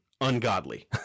ungodly